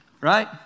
right